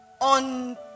on